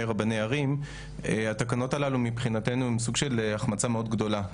רבני ערים התקנות האלה מבחינתנו הן סוג של החמצה מאוד גדולה.